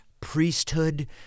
priesthood